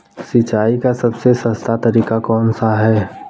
सिंचाई का सबसे सस्ता तरीका कौन सा है?